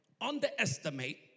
underestimate